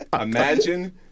Imagine